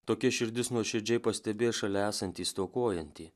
tokia širdis nuoširdžiai pastebės šalia esantį stokojantį